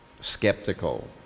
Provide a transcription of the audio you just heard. skeptical